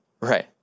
Right